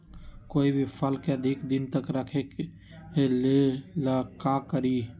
कोई भी फल के अधिक दिन तक रखे के ले ल का करी?